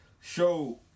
show